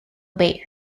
bay